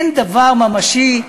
אין דבר ממשי.